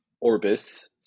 Orbis